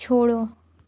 छोड़ो